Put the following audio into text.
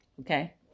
okay